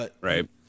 Right